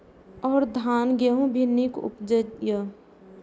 और धान गेहूँ भी निक उपजे ईय?